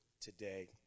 today